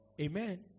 Amen